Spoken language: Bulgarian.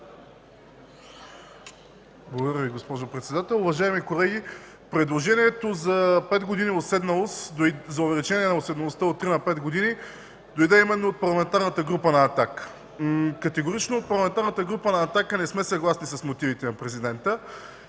Благодаря Ви, госпожо председател. Уважаеми колеги, предложението за 5 години уседналост и за увеличение на уседналостта от 3 на 5 години дойде именно от Парламентарната група на „Атака”. От Парламентарната група на „Атака” категорично не сме съгласни с мотивите на Президента.